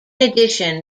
addition